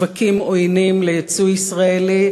שווקים עוינים ליצוא ישראלי,